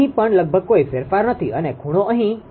અહીં પણ લગભગ કોઈ ફેરફાર નથી અને ખૂણો અહી 0